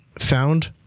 found